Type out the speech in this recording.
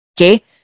Okay